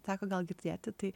teko gal girdėti tai